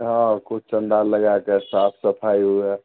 तऽ हँ किछु चन्दा लगा कऽ साफ सफाइ हुए